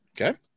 Okay